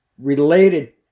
related